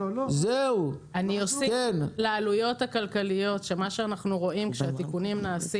אני אוסיף לעלויות הכלכליות שמה שאנחנו רואים שכשהתיקונים נעשים